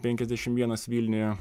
penkiasdešim vienas vilniuje